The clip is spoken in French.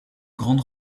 grande